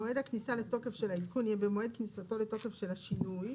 מועד הכניסה לתוקף של העדכון יהיה במועד כניסתו לתוקף של השינוי,